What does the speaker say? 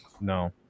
No